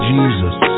Jesus